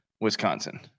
Wisconsin